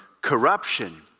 corruption